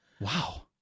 wow